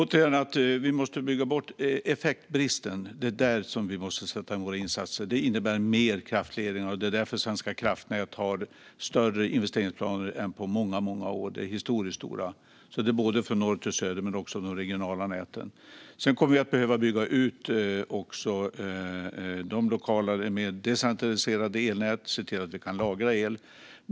Fru talman! Återigen: Vi måste bygga bort effektbristen. Det är där som vi måste sätta in våra insatser. Det innebär mer kraftledningar. Det är därför Svenska kraftnät har större investeringsplaner än på många, många år. De är historiskt stora. Det gäller från norr till söder men också i de regionala näten. Sedan kommer vi att behöva bygga ut decentraliserade elnät och se till att vi kan lagra el.